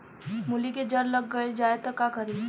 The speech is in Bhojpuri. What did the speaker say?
मूली के जर गल जाए त का करी?